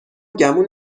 گمون